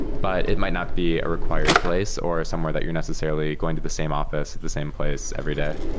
but it might not be a required place or somewhere that you're necessarily going to the same office at the same place every day.